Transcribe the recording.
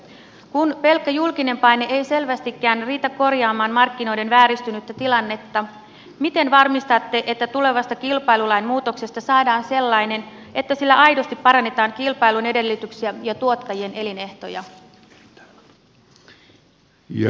kun pelkkä julkinen paine ei selvästikään riitä korjaamaan markkinoiden vääristynyttä tilannetta miten varmistatte että tulevasta kilpailulain muutoksesta saadaan sellainen että sillä aidosti parannetaan kilpailun edellytyksiä ja tuottajien elinehtoja